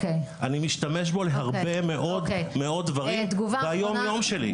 אני משתמש בו להרבה מאוד-מאוד דברים ביום-יום שלי.